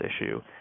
issue